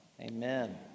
Amen